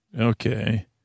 Okay